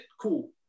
Cool